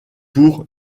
pour